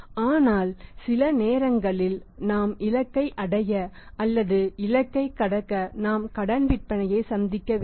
ஆனால் சில நேரங்களில் நோக்கங்களின் இலக்கை அடைய அல்லது இலக்கை கடக்க நாம் கடன் விற்பனையை சந்திக்க வேண்டும்